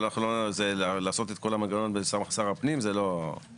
אבל זה לעשות את כל המנגנון בסמכות שר הפנים זה לא מקובל.